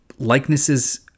likenesses